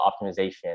optimization